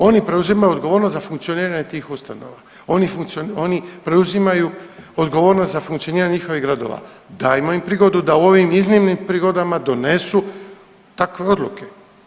Oni preuzimaju odgovornost za funkcioniranje tih ustanove, oni preuzimaju odgovornost za funkcioniranje njihovih gradova, dajmo im prigodu da u ovim iznimnim prigodama donesu takve odluke.